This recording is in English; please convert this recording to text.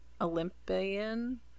Olympian